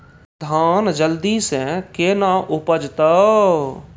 धान जल्दी से के ना उपज तो?